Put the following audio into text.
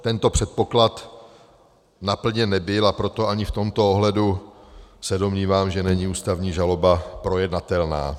Tento předpoklad naplněn nebyl, a proto ani v tomto ohledu, domnívám se, není ústavní žaloba projednatelná.